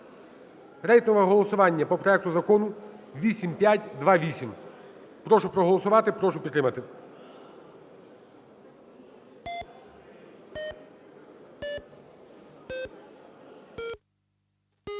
Рейтингове голосування по проекту Закону 8528. Прошу проголосувати, прошу підтримати.